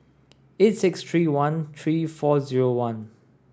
eight six three one three four zero one